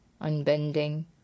Unbending